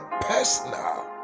personal